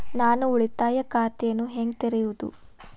ನಾನು ಉಳಿತಾಯ ಖಾತೆಯನ್ನು ಹೇಗೆ ತೆರೆಯುವುದು?